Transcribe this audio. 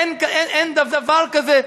אין דבר כזה.